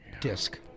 disc